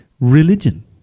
religion